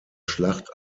schlacht